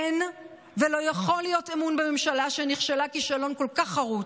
אין ולא יכול להיות אמון בממשלה שנכשלה כישלון כל כך חרוץ.